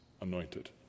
anointed